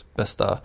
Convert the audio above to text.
bästa